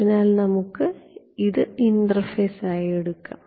അതിനാൽ നമുക്ക് ഇത് ഇന്റർഫേസ് ആയി എടുക്കാം